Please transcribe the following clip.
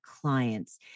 clients